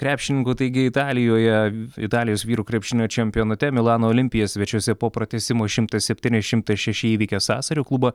krepšininkų taigi italijoje italijos vyrų krepšinio čempionate milano olimpija svečiuose po pratęsimo šimtas septyni šimtas šeši įveikė sasario klubą